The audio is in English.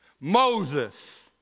Moses